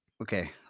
Okay